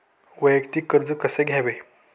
वैयक्तिक कर्ज कसे घ्यावे?